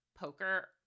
poker